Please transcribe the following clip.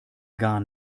gar